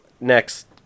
next